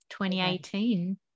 2018